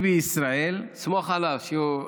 סמוך עליו שהוא,